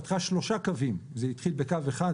צים פתחה שלושה קווים זה התחיל בקו אחד,